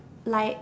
lie